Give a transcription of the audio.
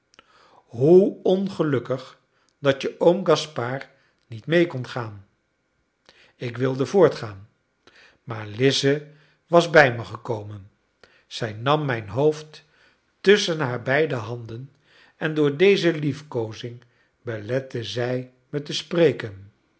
hoe ongelukkig dat je oom gaspard niet mee kon gaan ik wilde voortgaan maar lize was bij me gekomen zij nam mijn hoofd tusschen hare beide handen en door deze liefkoozing belette zij me te spreken